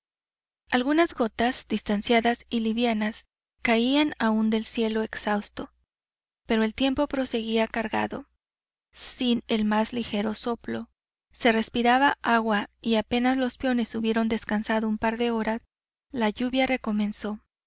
algunas gotas distanciadas y livianas caían aún del cielo exhausto pero el tiempo proseguía cargado sin el más ligero soplo se respiraba agua y apenas los peones hubieron descansado un par de horas la lluvia